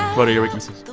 what are your weaknesses?